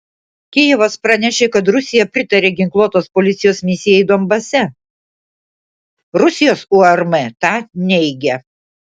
kijevas pranešė kad rusija pritarė ginkluotos policijos misijai donbase rusijos urm tą neigia